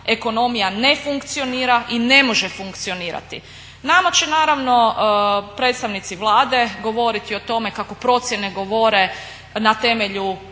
down ne funkcionira i ne može funkcionirati. Nama će naravno predstavnici Vlade govoriti o tome kako procjene govore na temelju